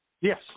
Yes